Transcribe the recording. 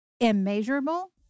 immeasurable